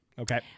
Okay